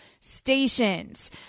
stations